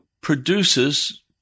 produces